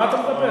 מה אתה מדבר?